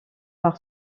par